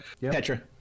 Petra